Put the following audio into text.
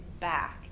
back